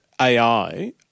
AI